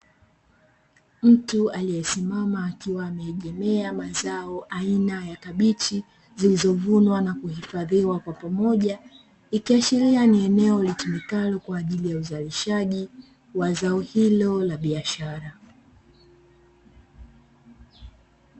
Mtu aliyesimama akiwa ameegemea mazao aina ya kabichi zilizovunuwa na kuhifadhiwa kwa pamoja, ikiashiria ni eneo litumikalo kwa uzalishali wa zao hilo la biashara.